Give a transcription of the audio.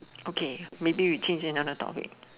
okay maybe we change another topic